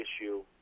issue